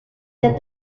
that